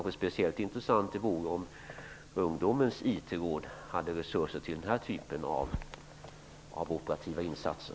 Speciellt intressant vore det om ungdomens IT-råd hade resurser till denna typ av operativa insatser.